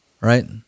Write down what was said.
right